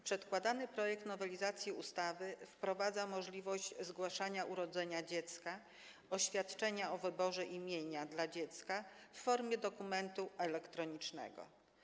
Przedkładany projekt nowelizacji ustawy wprowadza możliwość zgłaszania urodzenia dziecka, oświadczenia o wyborze imienia dla dziecka w formie dokumentu elektronicznego.